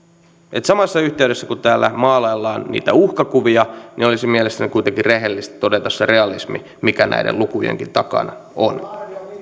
suomeen samassa yhteydessä kun täällä maalaillaan niitä uhkakuvia niin olisi mielestäni kuitenkin rehellistä todeta se realismi mikä näiden lukujenkin takana on